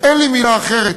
ואין לי מילה אחרת,